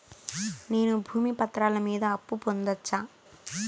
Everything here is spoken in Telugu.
నేను భూమి పత్రాల మీద అప్పు పొందొచ్చా?